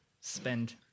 spend